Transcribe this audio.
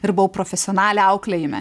ir buvau profesionalė auklėjime